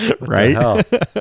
Right